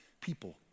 people